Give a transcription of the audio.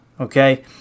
Okay